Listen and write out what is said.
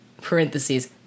parentheses